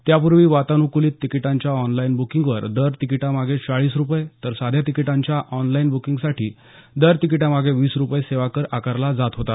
त्यापूर्वी वातानुक्लीत तिकिटांच्या ऑनलाईन ब्रुकिंगवर दर तिकिटामागे चाळीस रुपये तर साध्या तिकिटांच्या ऑनलाईन ब्किंगसाठी दर तिकिटामागे वीस रुपये सेवा कर आकारला जात होता